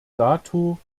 dato